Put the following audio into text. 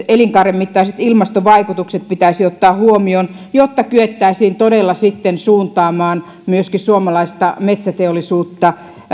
elinkaaren mittaiset ilmastovaikutukset pitäisi ottaa huomioon jotta kyettäisiin todella sitten suuntaamaan myöskin suomalaista metsäteollisuutta